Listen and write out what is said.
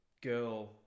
girl